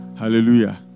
Hallelujah